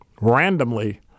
randomly